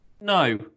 No